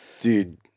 Dude